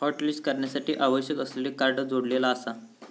hotlist करण्यासाठी आवश्यक असलेले कार्ड जोडलेला आसा